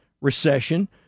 recession